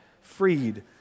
Freed